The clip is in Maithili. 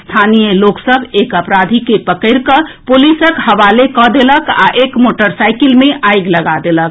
स्थानीय लोक सभ एक अपराधी के पकड़कऽ पुलिसक हवाले कऽ देलक आ एक मोटरसाईकिल मे आगि लगा देलक